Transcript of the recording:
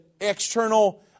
external